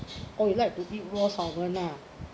oh you like to eat raw salmon ah